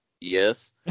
yes